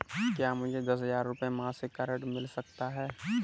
क्या मुझे दस हजार रुपये मासिक का ऋण मिल सकता है?